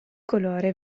colore